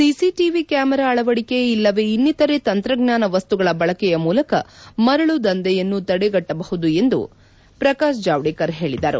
CC TV camera ಅಳವಡಿಕೆ ಇಲ್ಲವೆ ಇನ್ನಿತರೆ ತಂತ್ರಜ್ಞಾನ ವಸ್ತುಗಳ ಬಳಕೆಯ ಮೂಲಕ ಮರಳು ದಂಧೆಯನ್ನು ತಡೆಗಟ್ಟಬಹುದು ಎಂದು ಪ್ರಕಾಶ್ ಜಾವಡೇಕರ್ ಹೇಳಿದರು